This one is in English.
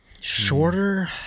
shorter